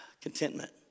contentment